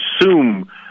assume